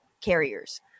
carriers